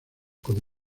con